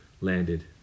landed